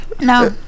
No